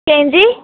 कंहिंजी